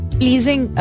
pleasing